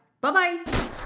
Bye-bye